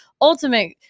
ultimate